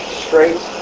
straight